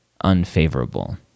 unfavorable